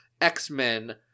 X-Men